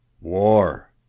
War